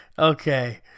Okay